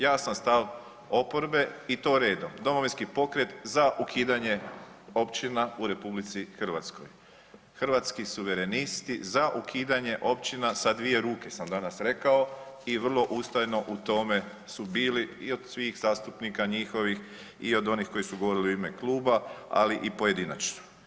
Jasan stav oporbe i to redom, Domovinski pokret za ukidanje općina u RH, Hrvatski suverenisti za ukidanje općina sa 2 ruke sam danas rekao i vrlo ustrajno u tome su bili i od svih zastupnika njihovih i od onih koji su govorili u ime kluba, ali i pojedinačno.